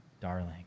darling